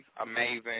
amazing